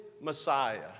Messiah